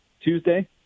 Tuesday